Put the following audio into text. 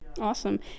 awesome